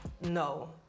no